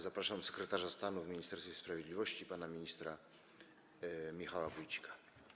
Zapraszam sekretarza stanu w Ministerstwie Sprawiedliwości pana ministra Michała Wójcika.